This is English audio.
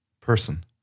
person